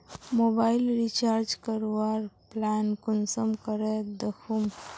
Mobile recharge करवार plan कुंसम करे दखुम?